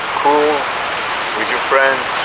cool with your friends,